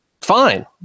fine